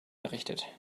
errichtet